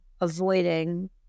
avoiding